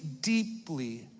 deeply